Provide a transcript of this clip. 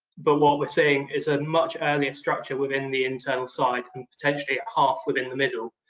but what we're seeing is a much earlier structure within the internal site and potentially half within the middle.